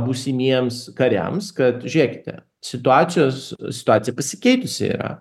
būsimiems kariams kad žiūrėkite situacijos situacija pasikeitusi yra